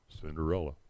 Cinderella